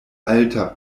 alta